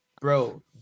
bro